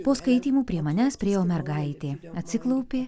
po skaitymų prie manęs priėjo mergaitė atsiklaupė